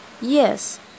Yes